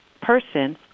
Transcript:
person